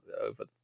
over